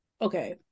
okay